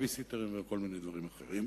בייבי-סיטרים וכל מיני דברים אחרים.